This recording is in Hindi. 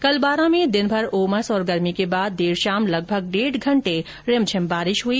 कल बारां में दिनभर उमस और गर्मी के बाद देर शाम लगभग डेढ घंटे रिमझिम बारिश हुई